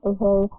Okay